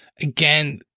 again